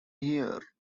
here